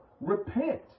Repent